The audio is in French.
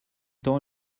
temps